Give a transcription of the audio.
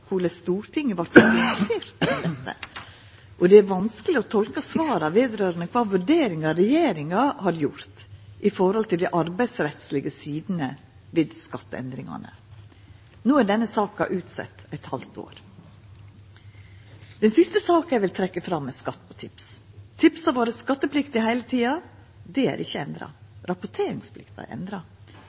korleis Stortinget vart orientert om dette, og det er vanskeleg å tolka svara om kva vurderingar regjeringa hadde gjort når det gjeld dei arbeidsrettslege sidene ved skatteendringane. No er denne saka utsett eit halvt år. Den siste saka eg vil trekkja fram, er skatt på tips. Tips har vore skattepliktige heile tida; det er ikkje endra. Rapporteringsplikta